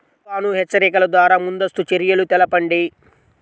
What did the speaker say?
తుఫాను హెచ్చరికల ద్వార ముందస్తు చర్యలు తెలపండి?